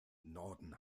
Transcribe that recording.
norden